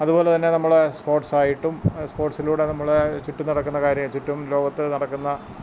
അതുപോലെതന്നെ നമ്മുടെ സ്പോർട്സായിട്ടും സ്പോർട്സിലൂടെ നമ്മുടെ ചുറ്റും നടക്കുന്ന കാര്യമാണ് ചുറ്റും ലോകത്ത് നടക്കുന്ന